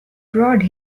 broad